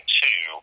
two